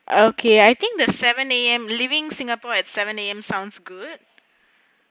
okay I think the seven A_M leaving singapore at seven A_M sounds good